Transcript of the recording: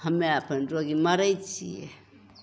हमे अपन रोगी मरै छिए